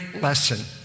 lesson